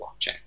blockchain